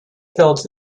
build